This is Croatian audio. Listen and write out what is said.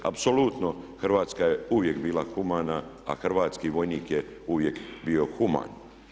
Apsolutno Hrvatska je uvijek bila humana, a hrvatski vojnik je uvijek bio human.